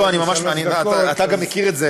לא, אני ממש, אתה גם מכיר את זה.